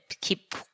keep